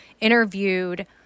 interviewed—